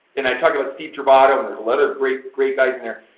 and i talked about steve trovato and there's a lot of great, great guys in there,